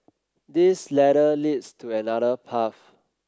this ladder leads to another path